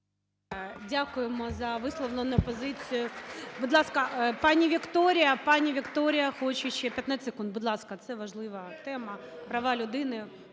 Дякуємо за висловлену позицію. Будь ласка… Пані Вікторія, пані Вікторія хоче ще 15 секунд. Будь ласка, це важлива тема - права людини.